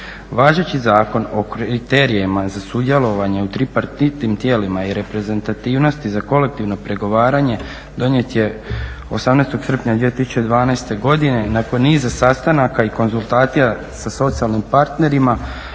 Važeći zakon o kriterijima za sudjelovanje u tripartitnim tijelima i reprezentativnosti za kolektivno pregovaranje donijet je 18. srpnja 2012. godine nakon niza sastanaka i konzultacija sa socijalnim partnerima